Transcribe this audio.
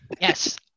yes